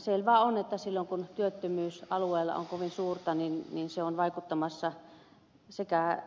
selvää on että silloin kun työttömyys alueella on kovin suurta se on vaikuttamassa sekä